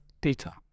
data